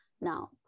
now